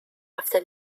after